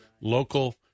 local